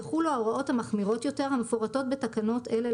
יחולו ההוראות המחמירות יותר המפורטות בתקנות אלה,